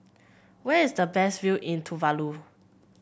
where is the best view in Tuvalu